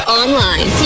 online